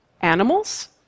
animals